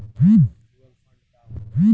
Mutual fund का होखेला?